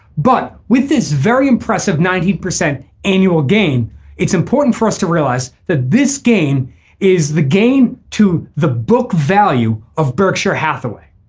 but with this very impressive nineteen percent annual gain it's important for us to realize that this gain is the gain to the book value of berkshire hathaway.